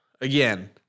Again